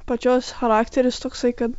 pačios charakteris toksai kad